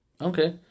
Okay